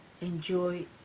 enjoy